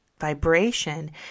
vibration